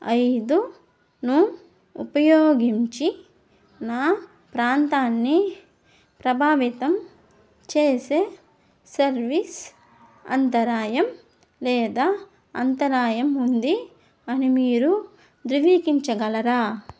ఐదును ఉపయోగించి నా ప్రాంతాన్ని ప్రభావితం చేసే సర్వీస్ అంతరాయం లేదా అంతరాయం ఉంది అని మీరు ధృవీకరించగలరా